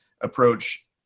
approach